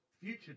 future